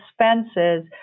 expenses